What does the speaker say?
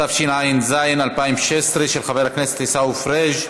התשע"ז 2016, של חבר הכנסת עיסאווי פריג'.